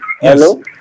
Hello